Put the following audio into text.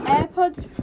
AirPods